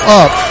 up